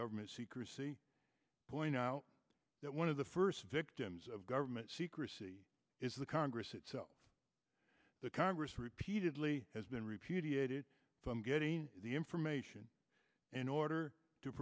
government secrecy point out that one of the first victims of government secrecy is the congress itself the congress repeatedly has been repudiated from getting the information in order to